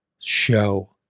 show